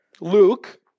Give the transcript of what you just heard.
Luke